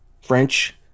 French